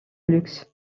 luxe